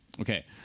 Okay